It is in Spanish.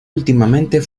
últimamente